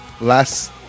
last